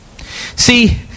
See